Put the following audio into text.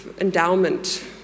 endowment